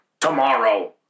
tomorrow